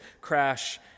crash